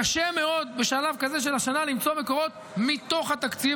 קשה מאוד בשלב כזה של השנה למצוא מקורות מתוך התקציב.